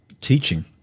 teaching